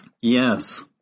Yes